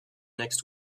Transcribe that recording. next